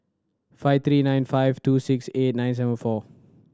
five three nine five two six eight nine seven four